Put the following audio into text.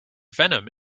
venom